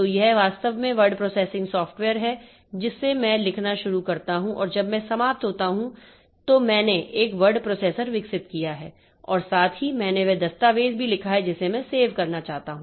तो यह वास्तव में वर्ड प्रोसेसिंग सॉफ्टवेयर है जिसे मैं लिखना शुरू करता हूं और जब मैं समाप्त होता हूं तो मैंने एक वर्ड प्रोसेसर विकसित किया है और साथ ही मैंने वह दस्तावेज भी लिखा है जिसे मैं सेव करना चाहता हूं